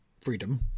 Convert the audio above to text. freedom